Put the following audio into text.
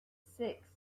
six